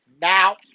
now